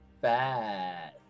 bad